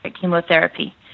chemotherapy